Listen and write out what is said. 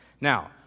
Now